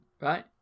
right